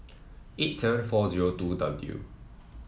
eight seven four zero two W